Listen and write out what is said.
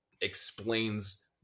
explains